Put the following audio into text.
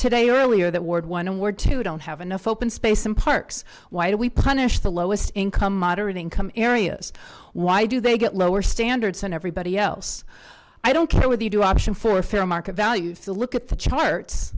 today earlier that word one word two don't have enough open space and parks why do we punish the lowest income moderate income areas why do they get lower standards than everybody else i don't care what you do option for fair market value for a look at the charts